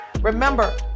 Remember